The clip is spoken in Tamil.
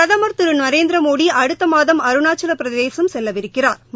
பிரதமா் திருநரேந்திரமோடிஅடுத்தமாதம் அருணாச்சலபிரதேசம் செல்லவிருக்கிறாா்